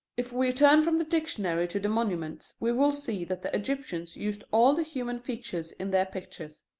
if we turn from the dictionary to the monuments, we will see that the egyptians used all the human features in their pictures.